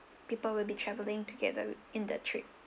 people will be travelling together wit~ in the trip